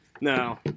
No